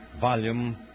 volume